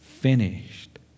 finished